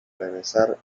regresar